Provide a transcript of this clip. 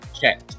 check